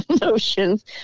notions